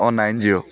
অঁ nine zero